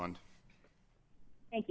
one thank